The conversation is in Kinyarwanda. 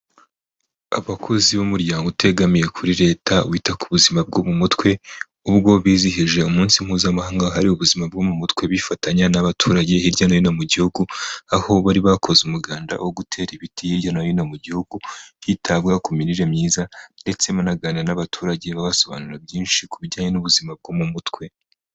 Abakozi b'umuryango utegamiye kuri leta wita ku buzima bwo mu mutwe, ubwo bizihije umunsi mpuzamahanga hari ubuzima bwo mu mutwe bifatanya n'abaturage hirya no hino mu gihugu, aho bari bakoze umuganda wo gutera ibiti hirya no hino mu gihugu, hitabwaho ku mirire myiza ndetse banaganira n'abaturage babasobanurira byinshi ku bijyanye n'ubuzima bwo mu mutwe.